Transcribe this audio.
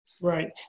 Right